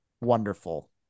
Wonderful